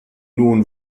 nun